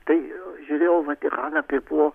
tai žiūrėjau vatikaną kai buvo